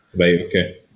okay